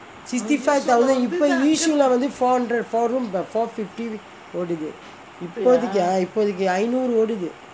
sixty five thousand இப்போ:ippo yishun லே வந்து:lae vanthu four hundred four rooms தான்:thaan four fifty ஓடுது இப்போதிக்கு ஐநூறு ஓடுது:oduthu ippothaikku ainooru oduthu